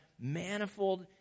manifold